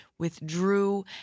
withdrew